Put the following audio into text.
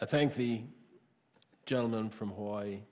i thank the gentleman from hawaii